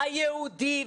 היהודי,